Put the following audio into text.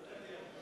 צודקת.